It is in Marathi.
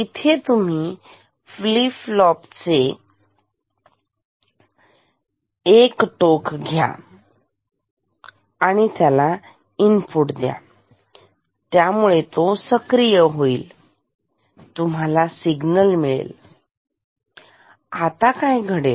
इथे तुम्ही फ्लिफ फ्लॉफ चे फ्लिप फ्लॉप चे एक टोक घ्या आणि त्याला इनपुट द्या त्यामुळे तो सक्रिय होईल आणि तुम्हाला सिग्नल मिळेल आता काय घडेल